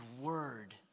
word